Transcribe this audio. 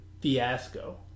fiasco